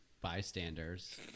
bystanders